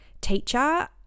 teacher